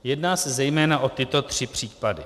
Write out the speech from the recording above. Jedná se zejména o tyto tři případy: